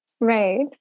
Right